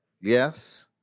Yes